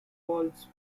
falls